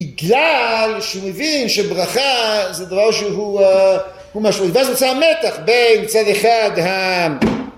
בגלל שהוא מבין שברכה זה דבר שהוא משהו, ואז נוצר מתח בין צד אחד ה...